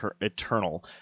eternal